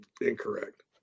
incorrect